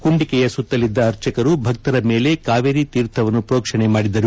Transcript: ಕುಂಡಿಕೆಯ ಸುತ್ತಲಿದ್ದ ಅರ್ಚಕರು ಕೊಳದಲ್ಲಿದ್ದ ಭಕ್ತರ ಮೇಲೆ ಕಾವೇರಿ ತೀರ್ಥವನ್ನು ಪ್ರೋಕ್ಷಣೆ ಮಾಡಿದರು